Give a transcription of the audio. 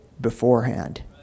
beforehand